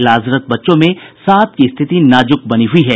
इलाजरत बच्चों में सात की स्थिति नाजुक बनी हुई है